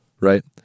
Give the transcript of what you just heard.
right